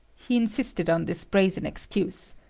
he insisted on this brazen excuse.